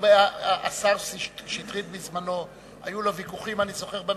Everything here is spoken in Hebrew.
השר שטרית בזמנו, היו לו ויכוחים בממשלה,